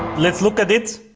let's look at it